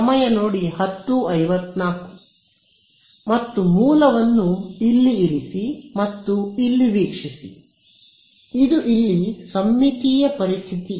ಸಮಯ ನೋಡಿ 1054 ಮತ್ತು ಮೂಲವನ್ನು ಇಲ್ಲಿ ಇರಿಸಿ ಮತ್ತು ಇಲ್ಲಿ ವೀಕ್ಷಿಸಿ ಇದು ಇಲ್ಲಿ ಸಮ್ಮಿತೀಯ ಪರಿಸ್ಥಿತಿ